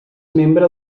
membre